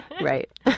Right